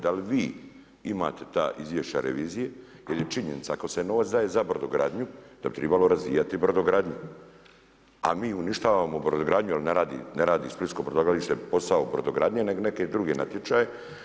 Da li vi imate ta izvješća revizije jel je činjenica ako se novac daje za brodogradnju da bi tribalo razvijati brodogradnju, a mi uništavamo brodogradnju jel ne radi Splitsko brodogradilište posao brodogradnje nego neke druge natječaje.